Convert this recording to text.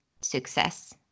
success